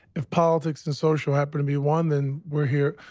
if politics and social happen to be one, then we're here.